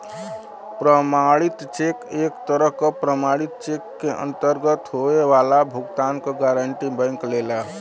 प्रमाणित चेक एक तरह क प्रमाणित चेक के अंतर्गत होये वाला भुगतान क गारंटी बैंक लेला